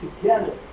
together